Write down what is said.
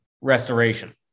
restoration